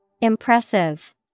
Impressive